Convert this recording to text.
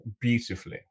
beautifully